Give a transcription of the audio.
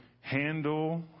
handle